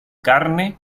carne